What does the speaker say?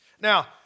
Now